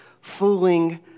fooling